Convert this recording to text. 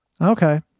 Okay